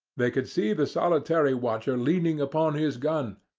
they could see the solitary watcher leaning upon his gun,